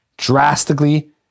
Drastically